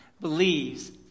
believes